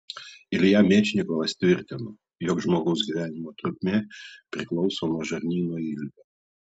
ilja mečnikovas tvirtino jog žmogaus gyvenimo trukmė priklauso nuo žarnyno ilgio